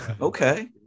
okay